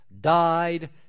died